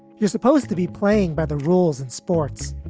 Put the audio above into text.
you're supposed to be playing by the rules in sports.